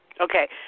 Okay